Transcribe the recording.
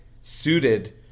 suited